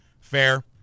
fair